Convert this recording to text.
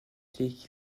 qui